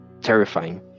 terrifying